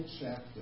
chapter